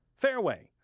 fareway,